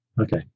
Okay